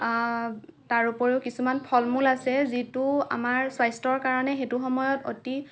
তাৰ উপৰিও কিছুমান ফল মূল আছে যিটো আমাৰ স্বাস্থ্যৰ কাৰণে সেইটো সময়ত অতি